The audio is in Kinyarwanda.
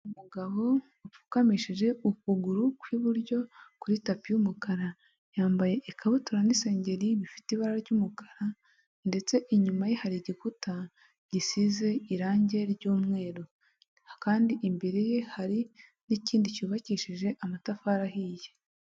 Umugabo upfukamishije ukuguru kw'iburyo, kuri tapi y'umukara. Yambaye ikabutura n'isengeri bifite ibara ry'umukara, ndetse inyuma ye hari igikuta, gisize irangi ry'umweru. Kandi imbere ye hari n'ikindi cyubakishije amatafari ahiye.